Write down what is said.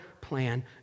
plan